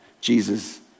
Jesus